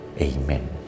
Amen